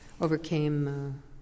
overcame